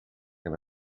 and